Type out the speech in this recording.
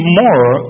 more